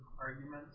arguments